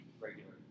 regular